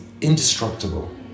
indestructible